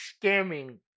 scamming